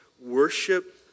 worship